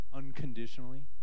unconditionally